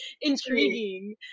intriguing